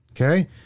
okay